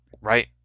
Right